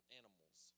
animals